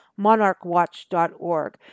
monarchwatch.org